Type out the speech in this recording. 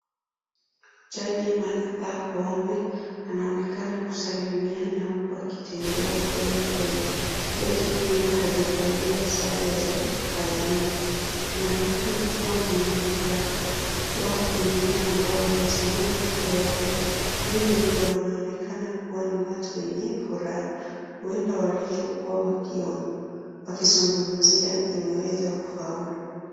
Jaji Martha Koome anaonekana kusalimiana huku akitembea polepole, jaji huyu hajavalia sare za kazini, anaonekana kuwa mwenye furaha, watu wengine ambao wamesima kando yake vilevile wanaonekana kuwa ni watu wenye furaha, huenda walichokuwa wakizungumzia imeweza kufaulu.